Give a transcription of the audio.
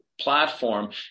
platform